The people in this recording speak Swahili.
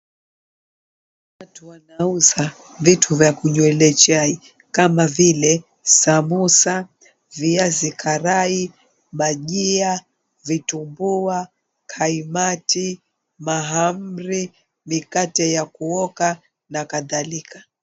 Watu wanauza vitu vya kunywa chai kama vile sambusa, viazi karai , bajia ,vitumbua, kaimati, mahamri, mkate ya kutoka na kadhalika.